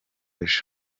ejo